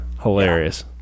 Hilarious